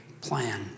plan